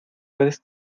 puedes